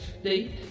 state